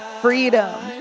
freedom